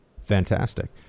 Fantastic